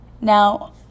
Now